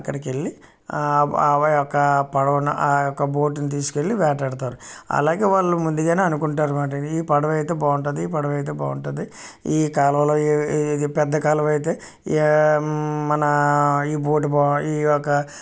అక్కడికెళ్ళి ఆ ఆ యొక్క పడవను ఆ యొక్క బోటును తీసుకెళ్ళి వేటాడుతారు అలాగే వాళ్ళు ముందుగానే అనుకుంటారన్నమాట ఈ పడవైతే బాగుంటుంది ఈ పడవైతే బాగుంటుంది ఈ కాలువలో ఈ పెద్ద కాలువైతే మన ఈ బోటు బా ఈ ఒక